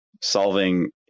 solving